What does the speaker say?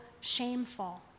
shameful